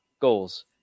goals